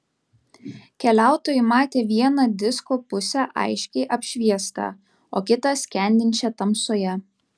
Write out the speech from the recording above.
keliautojai matė vieną disko pusę aiškiai apšviestą o kitą skendinčią tamsoje